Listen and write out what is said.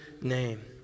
name